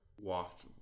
waft